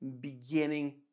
beginning